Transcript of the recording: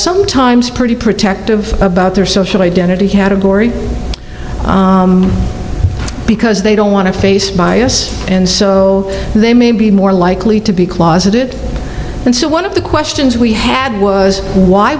sometimes pretty protective about their social identity category because they don't want to face bias and so they may be more likely to be closeted and so one of the questions we had was why